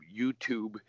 YouTube